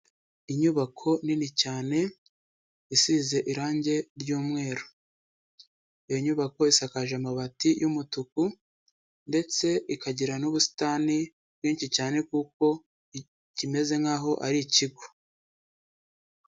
Inyubako nini cyane isize irangi ry'umweru, iyo nyubako isakaje amabati y'umutuku ndetse ikagira n'ubusitani bwinshi cyane kuko ikimeze nkaho ari ikigo.